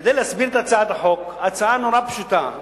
כדי להסביר את הצעת החוק, ההצעה מאוד פשוטה.